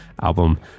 album